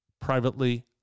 privately